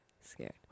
scared